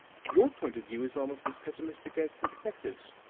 your point of view is almost as pessimistic as the detectives',